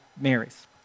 Mary's